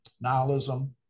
nihilism